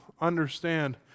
understand